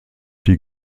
die